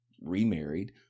remarried